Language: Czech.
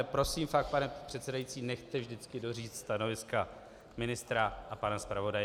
Prosím, fakt, pane předsedající, nechte vždycky doříct stanoviska ministra a pana zpravodaje.